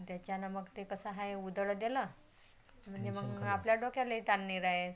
त्याच्यानं मग ते कसं आहे उदळ देलं आणि मग आपल्या डोक्यालाही ताण नाही राहात